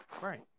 Right